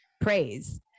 praise